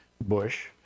bush